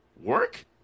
work